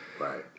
Right